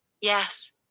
Yes